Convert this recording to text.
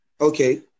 Okay